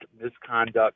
misconduct